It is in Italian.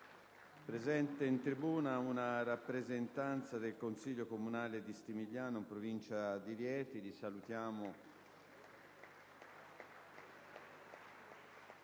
presente in tribuna una rappresentanza del Consiglio comunale di Stimigliano, in provincia di Rieti,